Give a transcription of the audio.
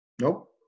Nope